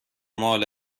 مال